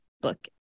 book